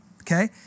okay